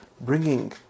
bringing